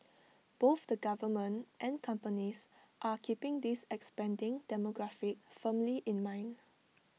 both the government and companies are keeping this expanding demographic firmly in mind